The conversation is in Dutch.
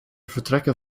vertrekken